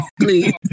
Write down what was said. please